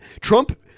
Trump